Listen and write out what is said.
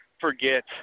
forget